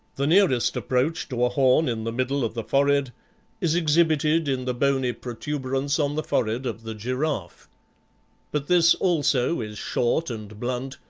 the nearest approach to a horn in the middle of the forehead is exhibited in the bony protuberance on the forehead of the giraffe but this also is short and blunt,